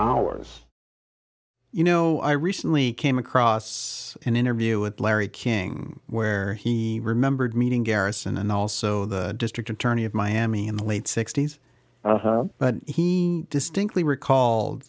hours you know i recently came across an interview with larry king where he remembered meeting garrison and also the district attorney of miami in the late sixty's but he distinctly recall